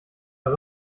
das